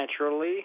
naturally